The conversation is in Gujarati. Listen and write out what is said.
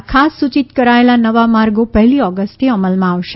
આ ખાસ સૂચિત કરાયેલા નવા માર્ગો પહેલી ઓગસ્ટથી અમલમાં આવશે